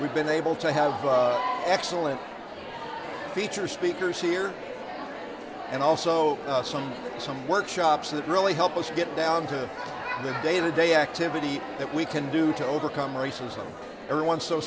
we've been able to have excellent feature speakers here and also some some workshops that really help us get down to the day to day activity that we can do to overcome racism everyone so